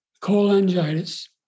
cholangitis